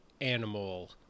animal